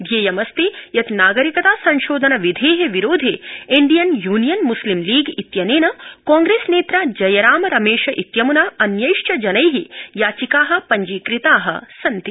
ध्येयमस्ति यत् नागरिकता संशोधन विधे विरोधे इण्डियन यूनियन मूस्लिम लीग इत्यनेन कांग्रेसनेत्रा जयराम रमेश इत्यम्ना अन्यैश्च जनै याचिका पञ्जीकृतास्सन्ति